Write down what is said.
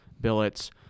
billets